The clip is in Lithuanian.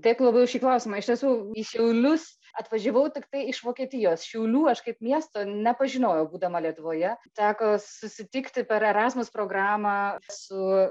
dėkui labai už šį klausimą iš tiesų į šiaulius atvažiavau tiktai iš vokietijos šiaulių aš kaip miesto nepažinojau būdama lietuvoje teko susitikti per erasmus programą su